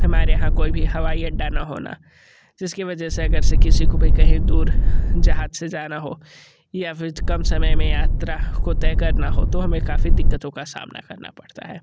हमारे यहाँ कोई भी हवाई अड्डा ना होना जिसकी वजह से अगर से किसी को भी कहीं दूर जहाज़ से जाना हो या फिर त कम समय में यात्रा को तय करना हो तो हमें काफ़ी दिक़्क़तों का सामना करना पड़ता है